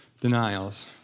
denials